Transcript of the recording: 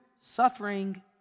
suffering